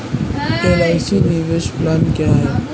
LIC निवेश plan क्या है?